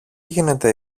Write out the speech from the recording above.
γίνεται